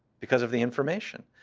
because of the information.